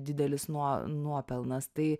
didelis nuo nuopelnas tai